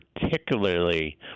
particularly